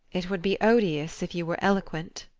it would be odious if you were eloquent.